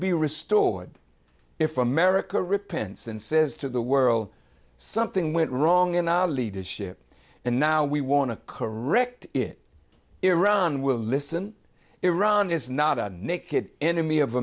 be restored if america repents and says to the world something went wrong in the leadership and now we want to correct it iran will listen iran is not a naked enemy of